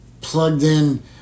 plugged-in